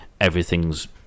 Everything's